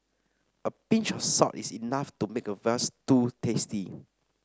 a pinch of salt is enough to make a veal stew tasty